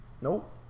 Nope